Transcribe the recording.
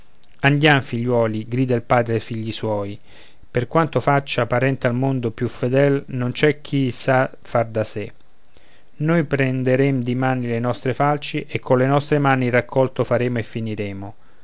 andiam figliuoli grida il padre a figli suoi per quanto faccia parente al mondo più fedel non c'è di chi sa far da sé noi prenderem dimani le nostre falci e colle nostre mani il raccolto faremo e finiremo